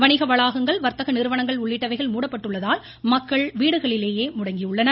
வணிக வளாகங்கள் வர்த்தக நிறுவனங்கள் உள்ளிட்டவைகள் மூடப்பட்டுள்ளதால் மக்கள் வீடுகளிலேயே முடங்கியுள்ளனர்